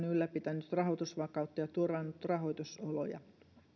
ylläpitänyt rahoitusvakautta ja turvannut rahoitusoloja